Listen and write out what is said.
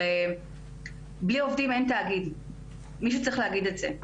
הרי בלי עובדים אין תאגיד - מישהו צריך להגיד את זה.